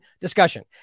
discussion